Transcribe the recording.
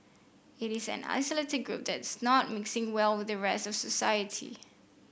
it is an isolated group that is not mixing well with the rest of society